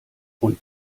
und